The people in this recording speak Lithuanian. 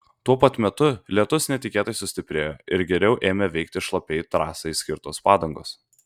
tuo pat metu lietus netikėtai sustiprėjo ir geriau ėmė veikti šlapiai trasai skirtos padangos